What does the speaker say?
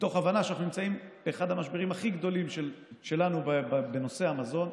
מתוך הבנה שאנחנו נמצאים באחד המשברים הכי גדולים שלנו בנושא המזון,